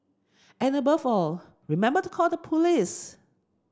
and above all remember to call the police